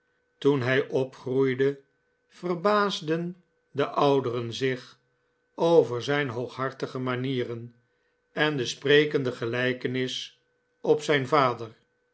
toen hij opgroeide verbaasden de ouderen zich over zijn hooghartige manieren en de sprekende gelijkenis op zijn vader